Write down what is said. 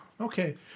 okay